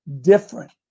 different